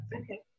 okay